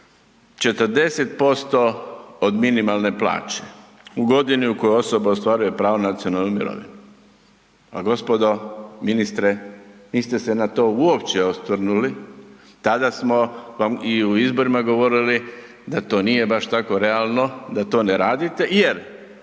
40% od minimalne plaće u godini u kojoj osoba ostvaruje pravo na nacionalnu mirovinu. Gospodo, ministre, niste se na to uopće osvrnuli, tada smo vam i u izborima govorili da to nije baš tako realno, da to ne radite jer